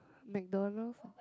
MacDonalds